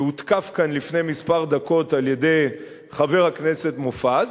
שהותקף כאן לפני דקות מספר על-ידי חבר הכנסת מופז,